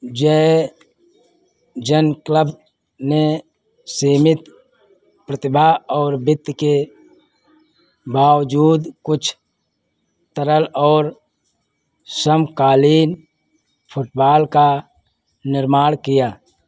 जय जन क्लब ने सीमित प्रतिभा और वित्त के बावजूद कुछ तरल और समकालीन फुटबॉल का निर्माण किया